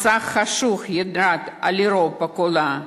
מסך חשוך ירד על אירופה כולה,